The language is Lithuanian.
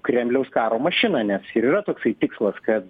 kremliaus karo mašiną nes ir yra toksai tikslas kad